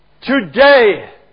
Today